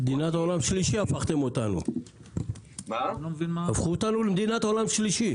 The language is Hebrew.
הפכתם אותנו למדינת עולם שלישי.